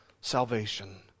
salvation